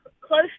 close